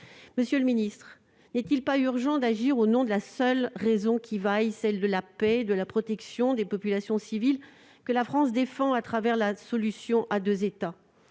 Monsieur le secrétaire d'État, n'est-il pas urgent d'agir au nom de la seule raison qui vaille, celle de la paix et de la protection des populations civiles, que la France défend à travers la solution à deux États ?